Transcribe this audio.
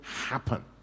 happen